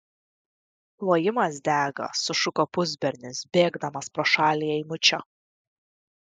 klojimas dega sušuko pusbernis bėgdamas pro šalį eimučio